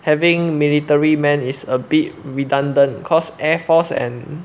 having military man is a bit redundant cause air force and